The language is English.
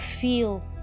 feel